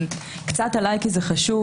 קצת עליי, כי זה חשוב.